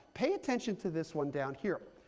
pay attention to this one down here.